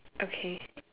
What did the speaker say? okay